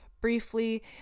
Briefly